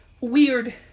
weird